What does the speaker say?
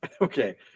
okay